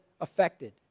affected